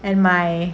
and my